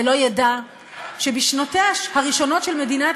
ולא ידע שבשנותיה הראשונות של מדינת